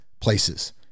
places